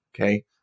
Okay